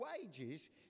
wages